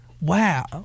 Wow